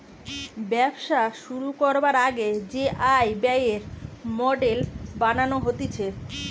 ব্যবসা শুরু করবার আগে যে আয় ব্যয়ের মডেল বানানো হতিছে